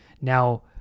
Now